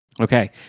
okay